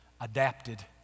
adapted